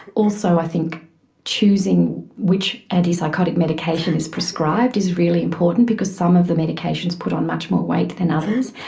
also i think choosing which antipsychotic medicationnis prescribed is really important, because some of the medications put on much more weight than others.